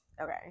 okay